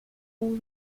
com